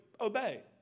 obey